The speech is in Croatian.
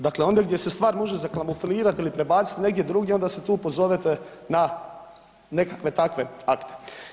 Dakle, ondje gdje se stvar može zakamuflirati ili prebaciti negdje drugdje onda se tu pozovete na nekakve takve akte.